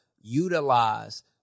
utilize